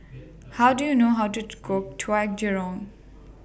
How Do YOU know How to Cook Kwetiau Goreng